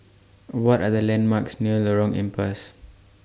What Are The landmarks near Lorong Ampas